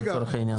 לצורך העניין.